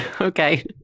okay